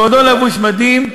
בעודו לבוש מדים,